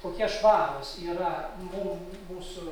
kokie švarūs yra mum mūsų